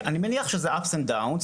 אני מניח שזה עליות וירידות.